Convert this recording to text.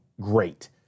great